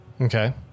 Okay